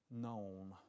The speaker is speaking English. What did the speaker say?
Known